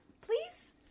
please